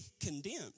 condemned